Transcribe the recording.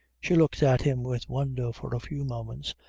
she looked at him with wonder for a few moments,